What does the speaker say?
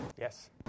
Yes